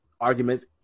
arguments